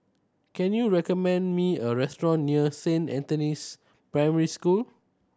can you recommend me a restaurant near Saint Anthony's Primary School